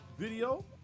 Video